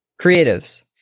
creatives